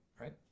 right